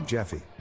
Jeffy